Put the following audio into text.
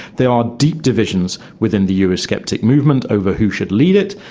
there are deep divisions within the eurosceptic movement over who should lead it.